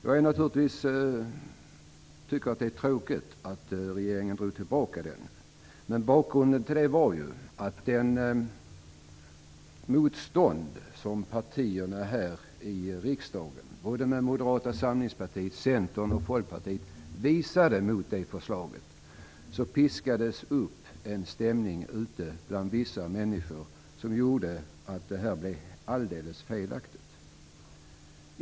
Jag tycker naturligtvis att det är tråkigt att regeringen drog tillbaka den. Bakgrunden till det var ju det motstånd som partierna här i riksdagen, såväl Moderata samlingspartiet som Centern och Folkpartiet, visade mot förslaget. Detta piskade upp en stämning ute bland vissa människor som gjorde att detta blev alldeles fel.